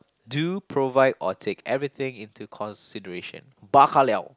do provide or take everything into consideration bao ka liao